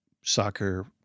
soccer